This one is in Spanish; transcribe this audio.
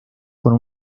con